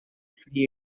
free